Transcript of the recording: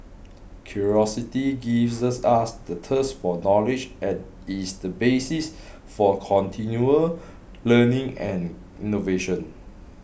curiosity gives us the thirst for knowledge and is the basis for continual learning and innovation